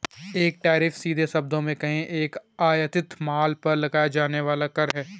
एक टैरिफ, सीधे शब्दों में कहें, एक आयातित माल पर लगाया जाने वाला कर है